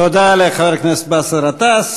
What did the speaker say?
תודה לחבר הכנסת באסל גטאס.